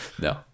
No